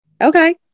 okay